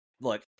look